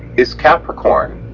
is capricorn,